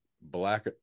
black